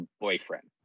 boyfriend